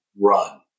Run